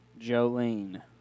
Jolene